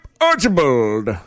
Archibald